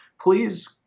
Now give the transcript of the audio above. Please